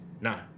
No